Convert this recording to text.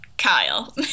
kyle